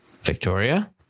Victoria